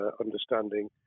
understanding